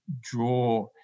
draw